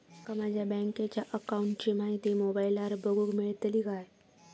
माका माझ्या बँकेच्या अकाऊंटची माहिती मोबाईलार बगुक मेळतली काय?